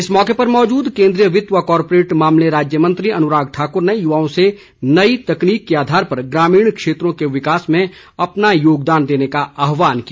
इस मौके पर मौजूद केन्द्रीय वित्त व कॉरपोरेट मामले राज्य मन्त्री अनुराग ठाकुर ने युवाओं से नई तकनीक के आधार पर ग्रामीण क्षेत्रों के विकास में अपना योगदान देने का आहवान किया